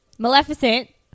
Maleficent